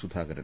Sudhakaran